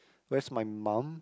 whereas my mum